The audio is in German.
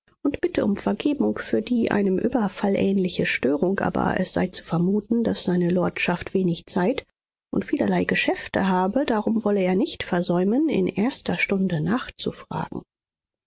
und bitte um vergebung für die einem überfall ähnliche störung aber es sei zu vermuten daß seine lordschaft wenig zeit und vielerlei geschäfte habe darum wolle er nicht versäumen in erster stunde nachzufragen